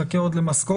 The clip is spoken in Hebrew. מחכה עוד למשכורת,